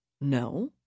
No